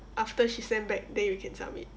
after she send back then you can submit